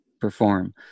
perform